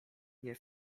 nie